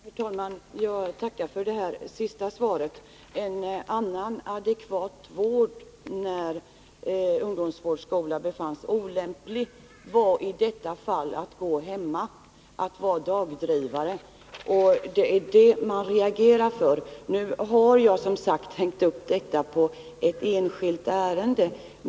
Herr talman! Jag tackar för det senaste svaret. En annan, adekvat vård när ungdomsvårdsskola befanns olämplig var i detta fall att vederbörande skulle gå hemma, vara dagdrivare. Det är det man reagerar mot. Nu har jag som sagt hängt upp det här på ett enskilt ärende.